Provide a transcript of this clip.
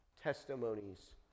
testimonies